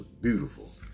beautiful